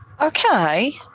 Okay